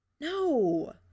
No